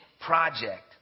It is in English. project